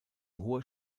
hoher